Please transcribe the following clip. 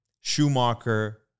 Schumacher